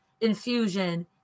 infusion